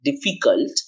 difficult